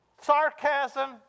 sarcasm